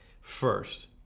first